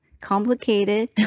complicated